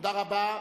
תודה רבה.